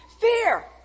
fear